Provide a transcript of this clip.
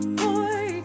boy